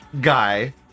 guy